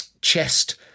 chest